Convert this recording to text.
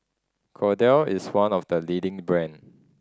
Kordel is one of the leading brand